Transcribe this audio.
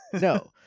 No